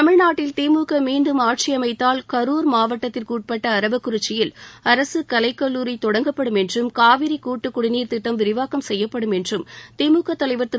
தமிழ்நாட்டில் திமுக மீண்டும் ஆட்சியமைத்தால் கரூர் மாவட்டத்திற்குட்பட்ட அரவக்குறிச்சியில் அரசு கலைக்கல்லூரி தொடங்கப்படும் என்றும் காவிரி கூட்டுக் குடிநீர் திட்டம் விரிவாக்கம் செய்யப்படும் என்றும் திமுக தலைவர் திரு